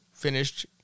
finished